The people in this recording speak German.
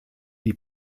die